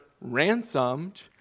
ransomed